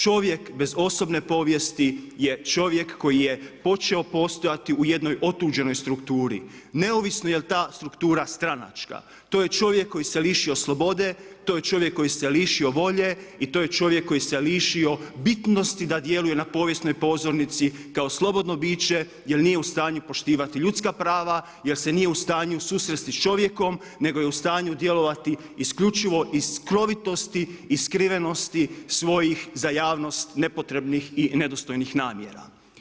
Čovjek bez osobne povijesti je čovjek koji je počeo postojati u jednoj otuđenoj strukturi neovisno jel' ta struktura stranačka, to je čovjek koji se lišio slobode, to je čovjek koji se lišio volje i to je čovjek koji se lišio bitnosti da djeluje na povijesnoj pozornici kao slobodno biće jer nije u stanju poštivati ljudska prava jer se nije u stanju susresti sa čovjekom nego je u stanju djelovati isključivo i skrovitosti i skrivenosti svojih za javnost nepotrebnih i nedostojnih namjera.